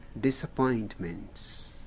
disappointments